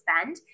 spend